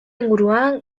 inguruan